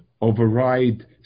override